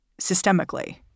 systemically